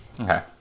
Okay